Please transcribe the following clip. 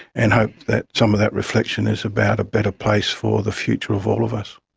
and hope that some of that reflection is about a better place for the future of all of us.